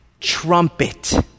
trumpet